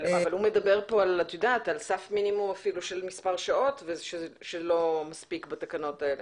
אבל הוא מדבר פה על סך מינימום של מספר שעות שלא מספיק בתקנות האלה.